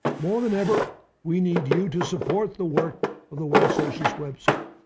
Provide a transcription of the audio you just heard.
more than ever we need you to support the work of the world socialist web site.